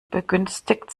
begünstigt